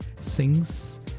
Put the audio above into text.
Sings